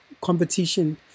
competition